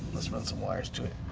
let's run some wires to it